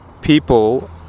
people